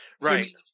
Right